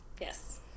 yes